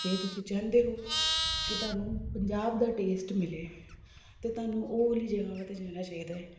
ਜੇ ਤੁਸੀਂ ਚਾਹੁੰਦੇ ਹੋ ਕਿ ਤੁਹਾਨੂੰ ਪੰਜਾਬ ਦਾ ਟੇਸਟ ਮਿਲੇ ਅਤੇ ਤੁਹਾਨੂੰ ਉਹ ਵਾਲੀ ਜਗ੍ਹਾਵਾਂ 'ਤੇ ਜਾਣਾ ਚਾਹੀਦਾ ਹੈ